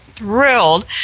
Thrilled